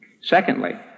Secondly